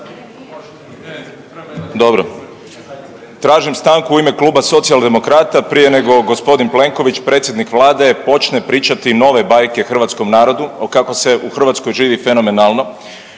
Dobro. Tražim stanku u ime Kluba Socijaldemokrata prije nego g. Plenković predsjednik vlade počne pričati nove bajke hrvatskom narodu kako se u Hrvatskoj živi fenomenalno.